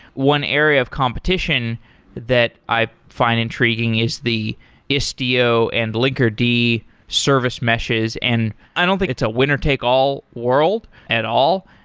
one area of competition that i find intriguing is the istio and linkerd service meshes and i don't think it's a winner take all world at all.